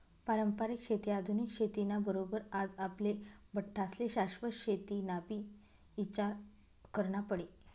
पारंपरिक शेती आधुनिक शेती ना बरोबर आज आपले बठ्ठास्ले शाश्वत शेतीनाबी ईचार करना पडी